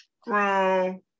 strong